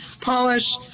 polish